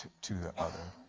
to the other?